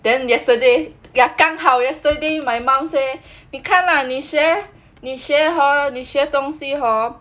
then yesterday ya 刚好 yesterday my mum say me 你看啦你学 hor 你学东西 hor